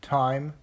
time